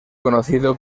conocido